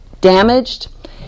damaged